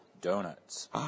donuts